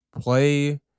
play